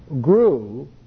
grew